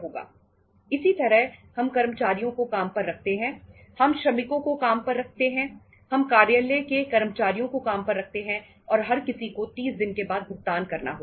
इसी तरह हम कर्मचारियों को काम पर रखते हैं हम श्रमिकों को काम पर रखते हैं हम कार्यालय के कर्मचारियों को काम पर रखते हैं और हर किसी को 30 दिन के बाद भुगतान करना होता है